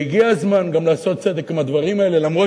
והגיע הזמן גם לעשות צדק בדברים האלה.